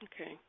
Okay